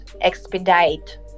Expedite